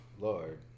Lord